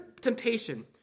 temptation